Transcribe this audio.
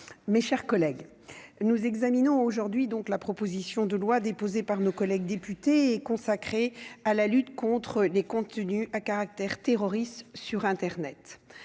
mes chers collègues, nous examinons aujourd'hui donc la proposition de loi déposée par nos collègues députés, consacré à la lutte contre les contenus à caractère terroriste sur Internet,